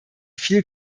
viel